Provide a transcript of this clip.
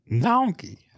donkey